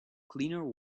cleaner